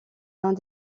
uns